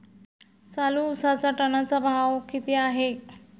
चालू उसाचा टनाचा भाव किती आहे?